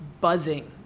buzzing